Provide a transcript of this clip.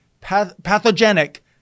pathogenic